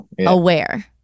Aware